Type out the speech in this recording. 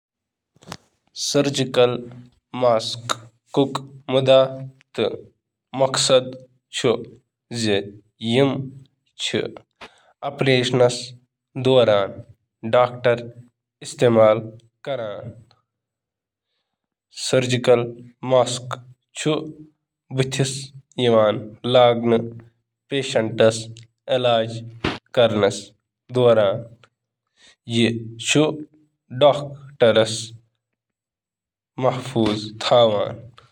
Surgical ماسکُک مقصد چُھ بڑین ذرات کین قطرن ، چھٹکہٕ ، سپرے یا سپلیٹر بلاک کرنس منز مدد کرُن یتھ منز جراثیم ,وائرس تہٕ بیکٹیریا, ہیکن ٲسِتھ، یمہٕ سٕتۍ یہٕ تُہندِس ٲسس تہٕ نَسس تام واتنہٕ نِش روزِ۔